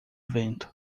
vento